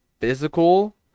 physical